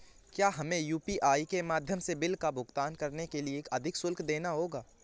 क्या हमें यू.पी.आई के माध्यम से बिल का भुगतान करने के लिए अधिक शुल्क देना होगा?